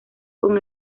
con